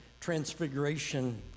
transfiguration